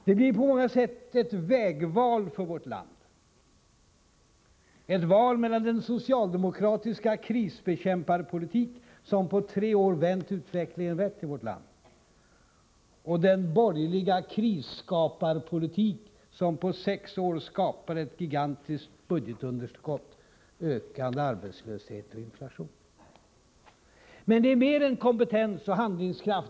Det blir på många sätt ett vägval för vårt land, ett val mellan den socialdemokratiska krisbekämparpolitik som på tre år vänt utvecklingen i vårt land rätt och den borgerliga krisskaparpolitik som på sex år skapade ett gigantiskt budgetunderskott, ökande arbetslöshet och inflation. Men det är mer än kompetens och handlingskraft.